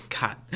God